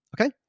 Okay